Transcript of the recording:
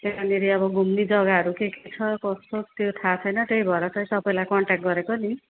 त्यहाँनिर अब घुम्ने जग्गाहरू के के छ कसो छ त्यो थाहा छैन त्यही भएर चाहिँ तपाईँलाई कन्ट्याक्ट गरेको नि